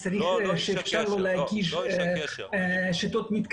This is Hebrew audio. אני אשמח להגיש שיטות חדשות,